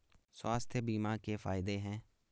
स्वास्थ्य बीमा के फायदे हैं?